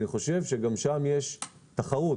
אני חושב ששם יש תחרות.